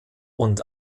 und